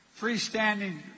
freestanding